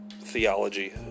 theology